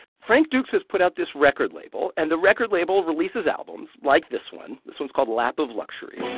frank dukes has put out this record label, and the record label releases albums like this one. this one's called lap of luxury.